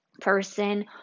person